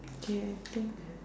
k I think